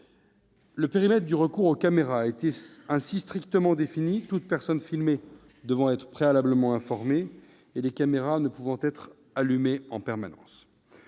Le périmètre du recours aux caméras a ainsi été strictement défini : toute personne filmée devra en être préalablement informée, et les caméras ne pourront pas être allumées en permanence.